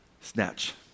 Snatch